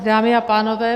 Dámy a pánové.